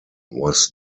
was